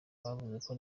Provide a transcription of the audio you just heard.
bavuze